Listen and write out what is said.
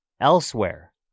elsewhere